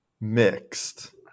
mixed